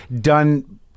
done